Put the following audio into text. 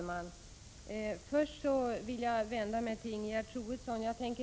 Herr talman!